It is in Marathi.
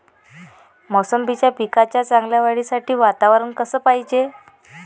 मोसंबीच्या पिकाच्या चांगल्या वाढीसाठी वातावरन कस पायजे?